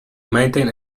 maintain